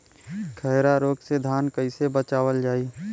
खैरा रोग से धान कईसे बचावल जाई?